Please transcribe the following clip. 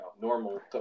normal